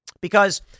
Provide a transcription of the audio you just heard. Because-